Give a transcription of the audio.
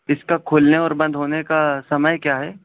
اس کا کھلنے اور بند ہونے کا سمئے کیا ہے